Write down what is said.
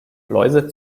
läuse